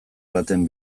baten